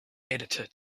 editor